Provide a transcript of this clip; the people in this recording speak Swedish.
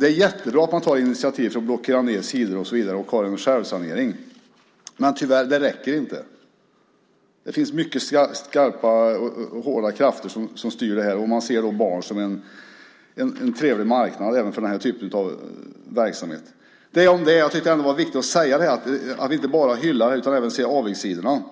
Det är jättebra att man tar initiativ till att blockera sidor och så vidare och har en självsanering, men tyvärr: Det räcker inte. Det finns mycket skarpa och hårda krafter som styr det här. Man ser barn som en trevlig marknad även för den här typen av verksamhet. Jag tycker att det ändå är viktigt att säga det här, så att vi inte bara hyllar detta utan också ser avigsidorna.